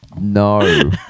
No